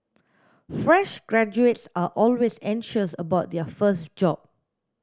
fresh graduates are always anxious about their first job